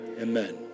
amen